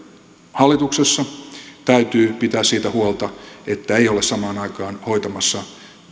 hallituksessa täytyy pitää siitä huolta että ei ole samaan aikaan hoitamassa